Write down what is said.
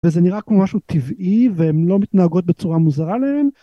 וזה נראה כמו משהו טבעי והם לא מתנהגות בצורה מוזרה להם.